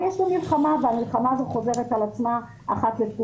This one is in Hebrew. היום ה-22 בנובמבר 2021, י"ח בכסלו התשפ"ב.